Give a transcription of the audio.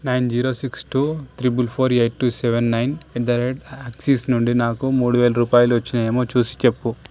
nine zero six two triple four eight two seven nine at the rate Axis నుండి నాకు మూడు వేలు రూపాయలు వచచ్చినాయేమో చూసి చెప్పు